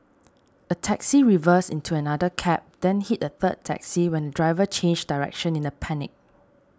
a taxi reversed into another cab then hit a third taxi when the driver changed direction in a panic